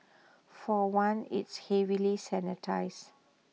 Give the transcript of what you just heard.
for one it's heavily sanitised